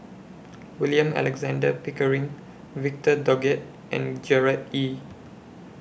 William Alexander Pickering Victor Doggett and Gerard Ee